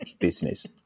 business